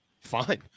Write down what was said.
fine